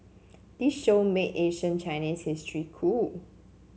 this show made ancient Chinese history cool